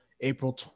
April